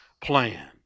plan